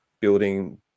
building